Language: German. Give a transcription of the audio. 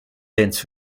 lenz